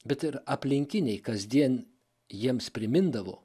bet ir aplinkiniai kasdien jiems primindavo